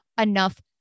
enough